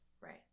Right